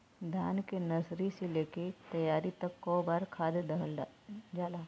धान के नर्सरी से लेके तैयारी तक कौ बार खाद दहल जाला?